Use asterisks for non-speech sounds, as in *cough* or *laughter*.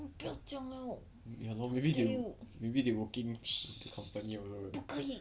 你不要讲 liao *laughs* 不可以